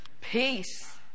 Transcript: Peace